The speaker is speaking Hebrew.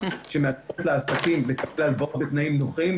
שמאפשרות לעסקים לקבל הלוואות בתנאי נוחים,